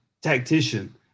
tactician